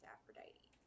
Aphrodite